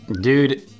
Dude